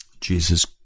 Jesus